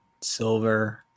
Silver